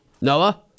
Noah